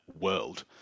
world